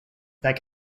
that